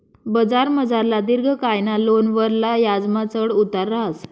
बजारमझारला दिर्घकायना लोनवरला याजमा चढ उतार रहास